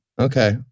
Okay